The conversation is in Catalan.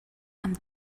amb